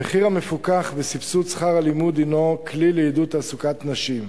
המחיר המפוקח בסבסוד שכר הלימוד הינו כלי לעידוד תעסוקת נשים,